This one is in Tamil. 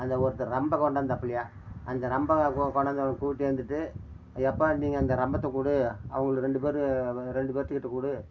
அந்த ஒருத்தர் ரம்பம் கொண்டாந்தாப்பிலயாம் அந்த ரம்பம் கொ கொண்டாந்தவனை கூட்டியாந்துட்டு அப்பா நீங்கள் அந்த ரம்பத்தை கொடு அவங்க ரெண்டு பேர் ரெண்டு பேர்த்துக்கிட்டே கொடு